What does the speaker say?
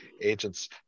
agents